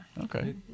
Okay